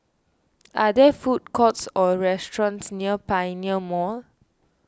are there food courts or restaurants near Pioneer Mall